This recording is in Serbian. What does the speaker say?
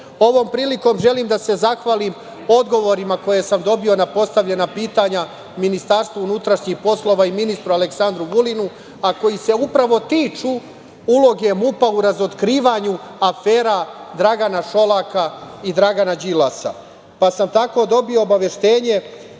prilikom želim da se zahvalim odgovorima koje sam dobio na postavljena pitanja MUP-u i ministru Aleksandru Vulinu, a koji se upravo tiču uloge MUP-a u razotkrivanju afera Dragana Šolaka i Dragana Đilasa. Tako sam dobio obaveštenje